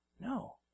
No